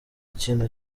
ikintu